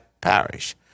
parish